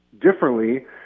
differently